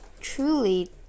truly